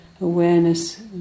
awareness